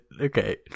Okay